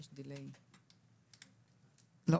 מה